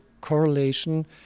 correlation